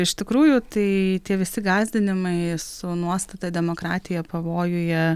iš tikrųjų tai tie visi gąsdinimai su nuostata demokratija pavojuje